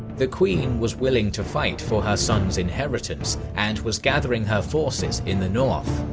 the queen was willing to fight for her son's inheritance and was gathering her forces in the north.